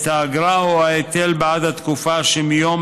את האגרה או ההיטל בעד התקופה שמיום